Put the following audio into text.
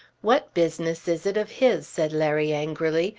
what business is it of his? said larry angrily.